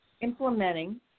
implementing